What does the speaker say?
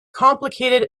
complicated